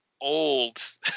old